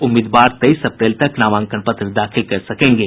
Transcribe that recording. उम्मीदवार तेईस अप्रैल तक नामांकन पत्र दाखिल कर सकेंगे